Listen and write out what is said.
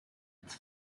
its